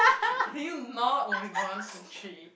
can you not oh my god one two three